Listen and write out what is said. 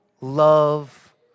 love